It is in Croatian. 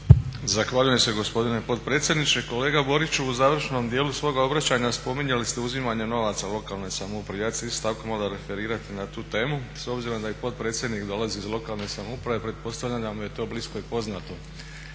Zahvaljujem se gospodine potpredsjedniče. Kolega Boriću, u završnom dijelu svoga obraćanja spominjali ste uzimanje novaca lokalnoj samoupravi. Ja ću se isto tako malo referirati na tu temu s obzirom da i potpredsjednik dolazi iz lokalne samouprave. Pretpostavljam da mu je to blisko i poznato,